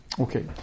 Okay